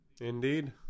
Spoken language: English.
indeed